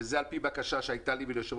וזה על פי בקשה שהייתה לי וליושב-ראש